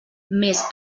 mes